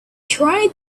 tried